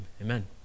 Amen